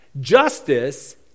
Justice